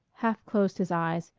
half closed his eyes,